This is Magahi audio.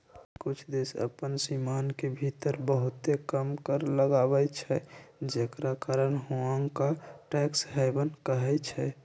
कुछ देश अप्पन सीमान के भीतर बहुते कम कर लगाबै छइ जेकरा कारण हुंनका टैक्स हैवन कहइ छै